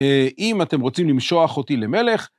אם אתם רוצים למשוח אותי למלך.